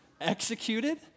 executed